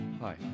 Hi